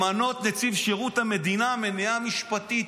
למנות נציב שירות המדינה, מניעה משפטית.